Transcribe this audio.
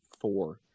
four